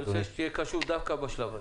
אתה מוחק את מהות החוק.